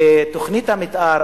בתוכנית המיתאר,